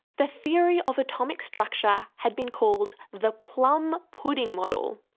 the theory of atomic structure had been called the plum pudding model,